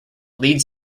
lead